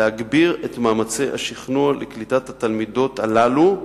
להגביר את מאמצי השכנוע לקליטת התלמידות הללו,